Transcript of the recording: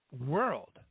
world